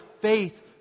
faith